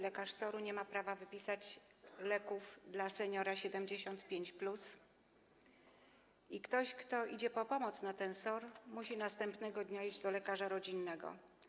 Lekarz SOR-u nie ma prawa wypisać leków dla seniora 75+ i ktoś, kto idzie po pomoc na SOR, musi następnego dnia iść do lekarza rodzinnego.